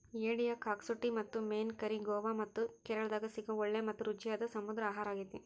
ಏಡಿಯ ಕ್ಸಾಕುಟಿ ಮತ್ತು ಮೇನ್ ಕರಿ ಗೋವಾ ಮತ್ತ ಕೇರಳಾದಾಗ ಸಿಗೋ ಒಳ್ಳೆ ಮತ್ತ ರುಚಿಯಾದ ಸಮುದ್ರ ಆಹಾರಾಗೇತಿ